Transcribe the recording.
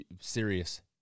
serious